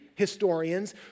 historians